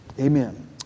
Amen